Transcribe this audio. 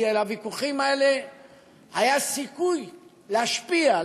כי לוויכוחים האלה היה סיכוי להשפיע,